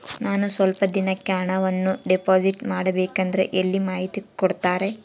ನಾನು ಸ್ವಲ್ಪ ದಿನಕ್ಕೆ ಹಣವನ್ನು ಡಿಪಾಸಿಟ್ ಮಾಡಬೇಕಂದ್ರೆ ಎಲ್ಲಿ ಮಾಹಿತಿ ಕೊಡ್ತಾರೆ?